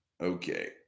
okay